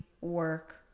work